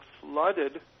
flooded